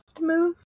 move